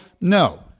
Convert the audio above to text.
No